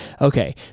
Okay